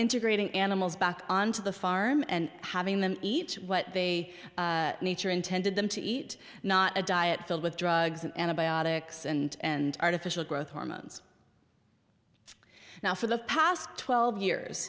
integrating animals back onto the farm and having them eat what they nature intended them to eat not a diet filled with drugs and antibiotics and artificial growth hormones now for the past twelve years